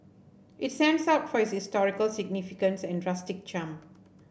it stands out for its historical significance and rustic charm